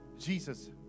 Jesus